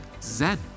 Zen